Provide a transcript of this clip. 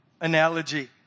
analogy